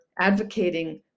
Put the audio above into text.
advocating